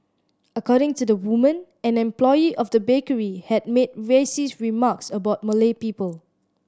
according to the woman an employee of the bakery had made racist remarks about Malay people